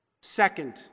Second